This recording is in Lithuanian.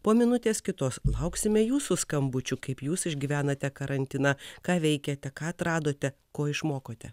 po minutės kitos lauksime jūsų skambučių kaip jūs išgyvenate karantiną ką veikiate ką atradote ko išmokote